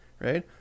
right